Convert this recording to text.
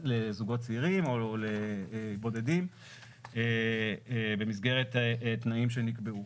לזוגות צעירים או לבודדים במסגרת התנאים שנקבעו.